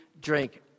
drink